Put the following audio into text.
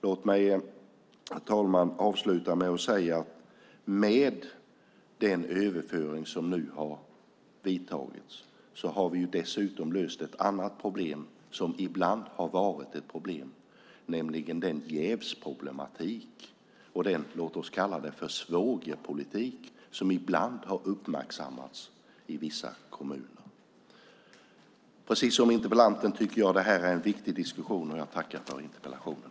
Låt mig, herr talman, avsluta med att säga att med den överföring som nu har vidtagits har vi dessutom löst ett annat problem, nämligen jävsproblemen och den svågerpolitik som ibland har uppmärksammats i vissa kommuner. Precis som interpellanten tycker jag att det här är en viktig diskussion, och jag tackar för interpellationen.